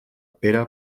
pere